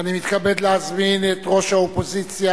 ואני מתכבד להזמין את ראש האופוזיציה,